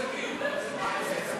סעיף 39